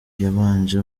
yabanje